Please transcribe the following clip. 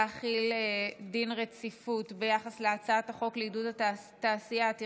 להחיל דין רציפות על הצעת חוק התקשורת (בזק ושידורים) (תיקון מס' 76),